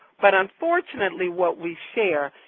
but unfortunately what we share,